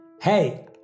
Hey